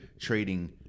trading